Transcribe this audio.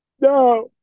No